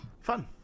fun